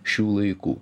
šių laikų